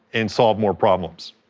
and solve more problems.